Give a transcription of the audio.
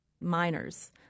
minors